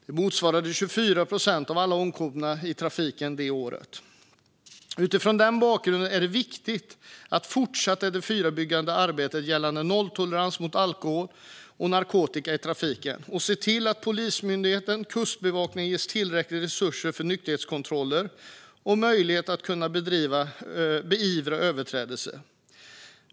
Det motsvarar 24 procent av alla omkomna i trafiken det året. Mot den bakgrunden är det viktigt att fortsätta det förebyggande arbetet gällande nolltolerans mot alkohol och narkotika i trafiken och att se till att Polismyndigheten och Kustbevakningen ges tillräckliga resurser för nykterhetskontroller och möjlighet att beivra överträdelser.